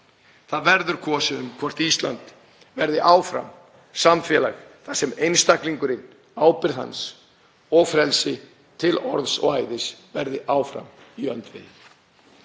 Það verður kosið um hvort Ísland verði áfram samfélag þar sem einstaklingurinn, ábyrgð hans og frelsi til orðs og æðis verði áfram í öndvegi.